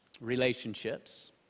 relationships